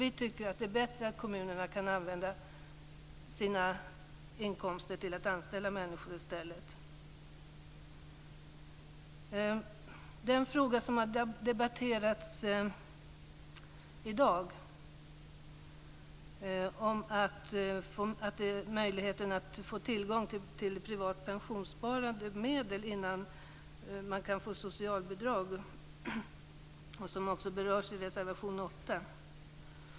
Vi tycker att det är bättre att kommunerna kan använda sina inkomster till att anställa människor i stället. En fråga som har debatterats i dag är möjligheten att få tillgång till privat pensionssparade medel innan man kan få socialbidrag. Frågan berörs också i reservation 8.